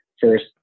first